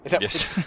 Yes